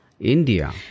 India